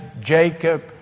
Jacob